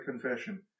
confession